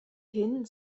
hin